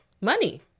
money